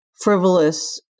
frivolous